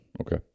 Okay